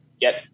get